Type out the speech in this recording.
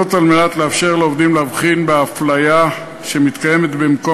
על מנת לאפשר לעובדים להבחין באפליה שמתקיימת במקום